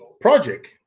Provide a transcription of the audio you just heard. project